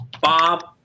Bob